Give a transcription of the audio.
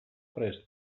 prest